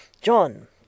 john